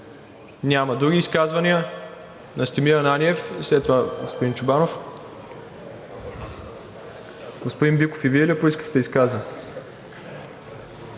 Няма. Други изказвания?